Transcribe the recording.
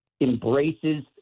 embraces